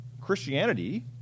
Christianity